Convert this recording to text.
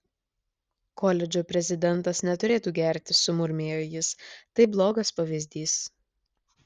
koledžo prezidentas neturėtų gerti sumurmėjo jis tai blogas pavyzdys